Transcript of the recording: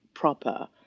Proper